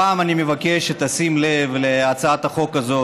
הפעם אני מבקש שתשים לב להצעת החוק הזאת.